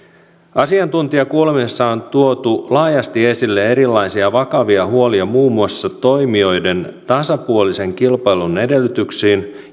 asiantuntijakuulemisessa on tuotu laajasti esille erilaisia vakavia huolia muun muassa toimijoiden tasapuolisen kilpailun edellytyksiin